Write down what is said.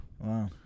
Wow